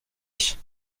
ich